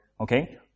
okay